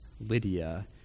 Lydia